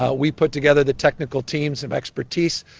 ah we put together the technical teams of expertise.